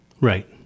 Right